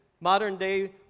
modern-day